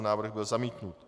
Návrh byl zamítnut.